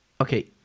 Okay